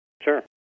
Sure